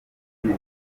muri